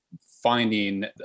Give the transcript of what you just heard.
finding